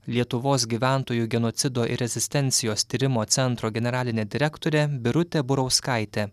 lietuvos gyventojų genocido ir rezistencijos tyrimo centro generalinė direktorė birutė burauskaitė